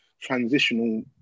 transitional